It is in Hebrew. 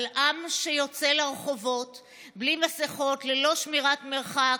אבל עם שיוצא לרחובות בלי מסכות, ללא שמירת מרחק,